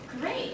Great